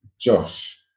Josh